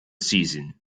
season